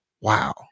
wow